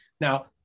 Now